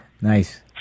Nice